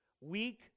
weak